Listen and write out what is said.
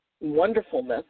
wonderfulness